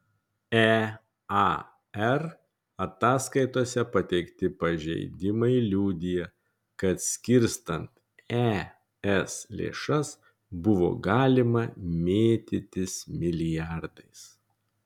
ear ataskaitose pateikti pažeidimai liudija kad skirstant es lėšas buvo galima mėtytis milijardais